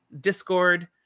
discord